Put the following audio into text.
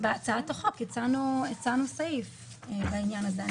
בהצעת החוק הצענו סעיף לעניין הזה.